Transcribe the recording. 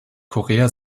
korea